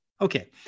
Okay